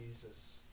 Jesus